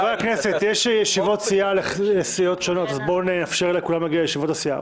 יש ישיבות סיעה לסיעות שונות אז בואו נאפשר לכולם להגיע לישיבות הסיעה.